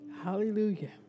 Hallelujah